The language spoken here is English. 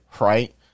Right